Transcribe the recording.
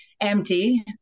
empty